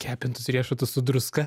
kepintus riešutus su druska